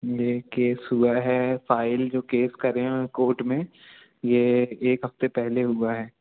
जी case हुआ है file जो केस करे हैं कोट में यह एक हफ़्ते पहले हुआ है